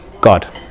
God